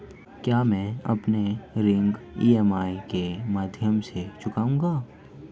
क्या मैं अपना ऋण ई.एम.आई के माध्यम से चुकाऊंगा?